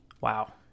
Wow